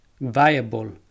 viable